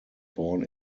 born